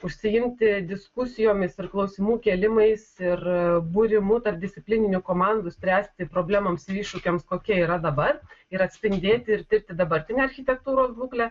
užsiimti diskusijomis ir klausimų kėlimais ir būrimu tarpdisciplininių komandų spręsti problemoms ir iššūkiams kokie yra dabar ir atspindėti ir tirti dabartinę architektūros būklę